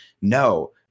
No